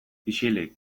isilik